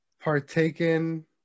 partaken